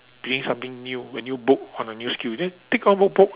reading something new a new book or a new skill then take on one book